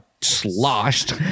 sloshed